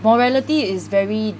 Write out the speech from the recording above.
morality is very